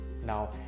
Now